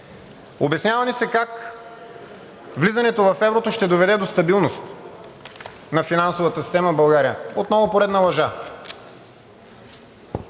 Обяснява ни се как влизането на еврото ще доведе до стабилност на финансовата система в България. Отново поредна лъжа.